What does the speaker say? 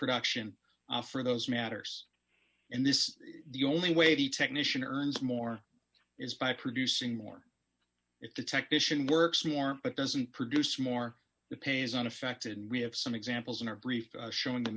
production for those matters and this the only way the technician earns more is by producing more if the technician works but doesn't produce more the pay is unaffected and we have some examples in our brief showing the